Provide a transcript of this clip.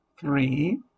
Three